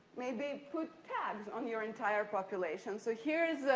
maybe put tags on your entire population. so, here is,